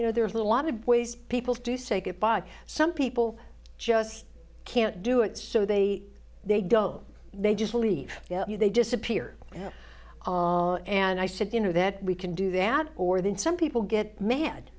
you know there's a lot of ways people to say goodbye some people just can't do it so they they don't they just leave you they disappear and i said you know that we can do that or then some people get mad